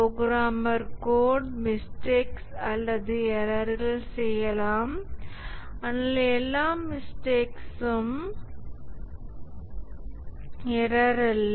programmer code mistakes அல்லது எரர்கள் செய்யலாம் ஆனால் எல்லா மிஸ்டேக்ஸ்ம் எரர் அல்ல